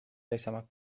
yaşamak